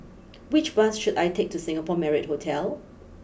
which bus should I take to Singapore Marriott Hotel